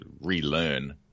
relearn